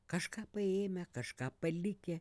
kažką paėmę kažką palikę